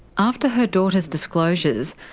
after her daughter's disclosures,